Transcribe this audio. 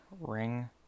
ring